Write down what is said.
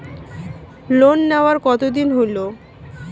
Loan নেওয়ার কতদিন হইল?